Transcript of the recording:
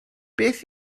beth